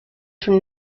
from